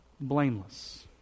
blameless